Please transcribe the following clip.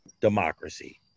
democracy